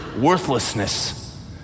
worthlessness